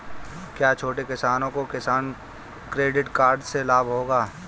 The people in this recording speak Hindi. क्या छोटे किसानों को किसान क्रेडिट कार्ड से लाभ होगा?